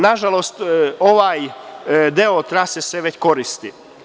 Nažalost, ovaj deo trase se već koristi.